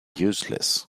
useless